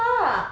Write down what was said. tak